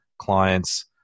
clients